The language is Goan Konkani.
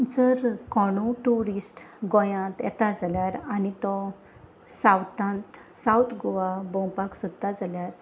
जर कोणूय ट्युरिस्ट गोंयांत येता जाल्यार आनी तो सावथांत सावथ गोवा भोंवपाक सोदता जाल्यार